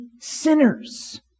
sinners